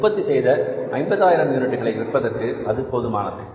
உற்பத்தி செய்த 50000 யூனிட்களை விற்பதற்கு அது போதுமானது